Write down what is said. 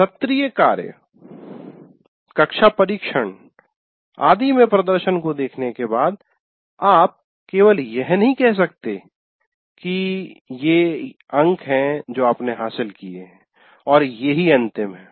सत्रीय कार्य कक्षा परीक्षण आदि में प्रदर्शन को देखने के बाद आप केवल यह नहीं कह सकते कि ये अंक हैं अपने हासिल किये है और ये ही अंतिम है